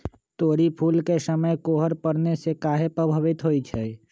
तोरी फुल के समय कोहर पड़ने से काहे पभवित होई छई?